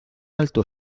alto